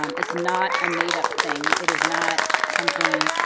um it's not a made up thing. it is not something.